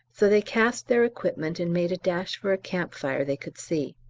so they cast their equipment and made a dash for a camp fire they could see.